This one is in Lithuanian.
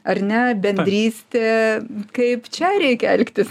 ar ne bendrystė kaip čia reikia elgtis